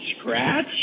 scratch